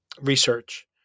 research